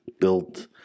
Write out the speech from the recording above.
built